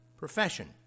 profession